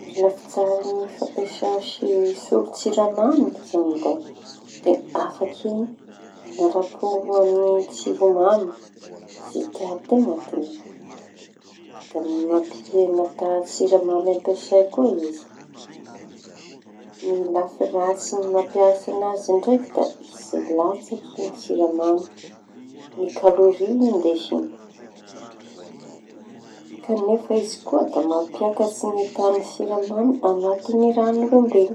Ny lafi-tsara ny fampiasa sy solon-tsiramamy da afaky mañaram-po amy tsiro mamy ze tian-teña de mampiheña taha-tsiramamy ampiasa koa izy. Ny lafy ratsiñy mampiasa azy ndraiky da izy latsaky siramamy kalôria ndesiñy. Kañefa izy koa da mampiakatsy ny tahan'ny siramamy añaty rañ'olombeloña.